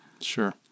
Sure